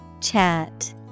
Chat